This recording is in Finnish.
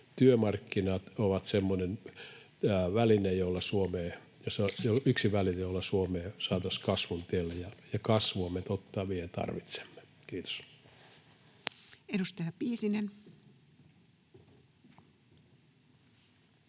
Työmarkkinat ovat yksi väline, jolla Suomea saataisiin kasvun tielle, ja kasvua me, totta vie, tarvitsemme. — Kiitos. Edustaja Piisinen.